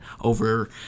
over